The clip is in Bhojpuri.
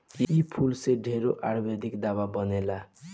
इ फूल से ढेरे आयुर्वेदिक दावा बनेला